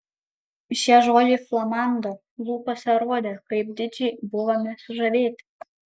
šie žodžiai flamando lūpose rodė kaip didžiai buvome sužavėti